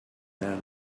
then